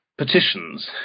Petitions